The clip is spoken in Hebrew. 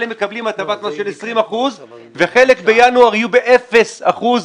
אלה מקבלים הטבה של 20 אחוזים וחלק בינואר יהיו באפס אחוז,